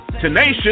tenacious